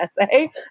essay